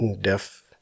deaf